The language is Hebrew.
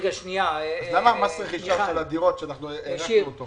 למה לא הארכנו כך